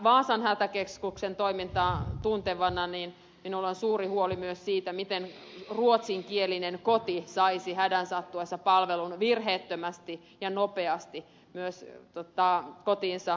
vaasan hätäkeskuksen toimintaa tuntevana minulla on suuri huoli myös siitä miten ruotsinkielinen koti saisi hädän sattuessa palvelun virheettömästi ja nopeasti myös se että tam potiessa